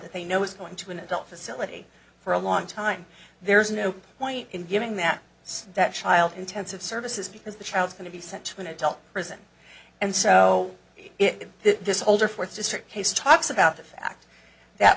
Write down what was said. that they know is going to an adult facility for a long time there's no point in giving that that child intensive services because the child's going to be sent to an adult prison and so if this older fourth district case talks about the fact that